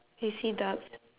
do you see ducks